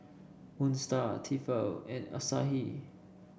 Moon Star Tefal and Asahi